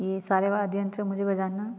ये सारे वाद्ययंत्र मुझे बजाना